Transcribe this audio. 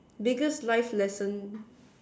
biggest life lesson